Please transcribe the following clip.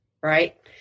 right